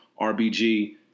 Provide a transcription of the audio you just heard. rbg